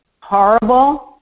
horrible